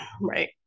Right